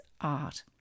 art